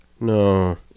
No